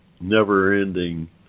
never-ending